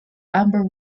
amber